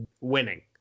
winning